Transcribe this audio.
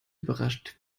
überrascht